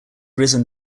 risen